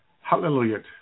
Hallelujah